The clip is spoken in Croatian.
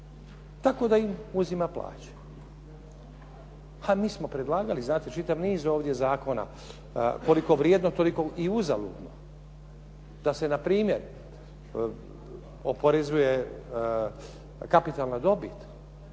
tako da im uzima plaću. A mi smo predlagali znate čitav niz ovdje zakona koliko vrijedno, toliko i uzaludno da se na primjer oporezuje kapitalna dobit.